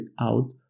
out